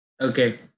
Okay